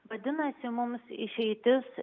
vadinasi mums išeitis